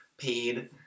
paid